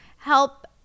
help